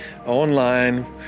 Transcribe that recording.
online